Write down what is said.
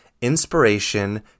inspiration